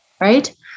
right